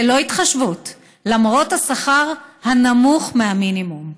ללא התחשבות, למרות השכר הנמוך מהמינימום.